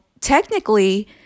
technically